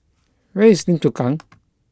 where is Lim Chu Kang